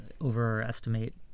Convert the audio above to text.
overestimate